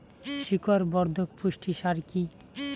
শিকড় বর্ধক পুষ্টি সার কি?